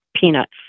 peanuts